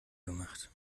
gemacht